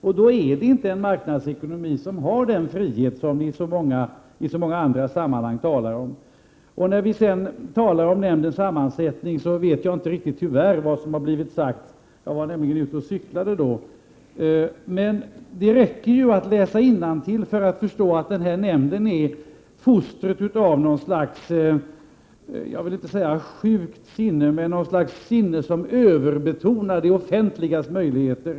Men denna marknadsekonomi har inte den frihet som ni i så många andra sammanhang talar om. Beträffande nämndens sammansättning vet jag tyvärr inte riktigt vad som har sagts här tidigare. Jag var nämligen ute och cyklade när den frågan togs upp. Man behöver dock bara läsa innantill för att förstå att nämnden är ett foster som härrör från ett slags sinne som överbetonar det offentligas möjligheter.